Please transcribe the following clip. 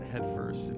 headfirst